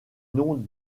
noms